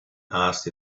asked